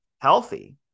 healthy